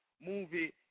Movie